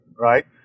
right